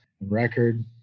record